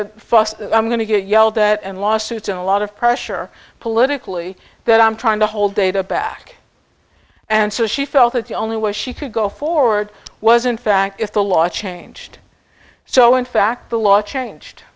a fuss i'm going to get yelled at and lawsuits and a lot of pressure politically that i'm trying to hold data back and so she felt that the only way she could go forward was in fact if the law changed so in fact the law changed